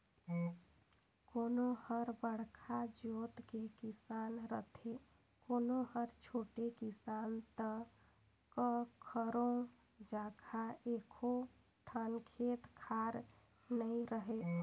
कोनो हर बड़का जोत के किसान रथे, कोनो हर छोटे किसान त कखरो जघा एको ठन खेत खार नइ रहय